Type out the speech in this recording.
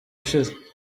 ushize